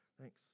Thanks